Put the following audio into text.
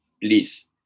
please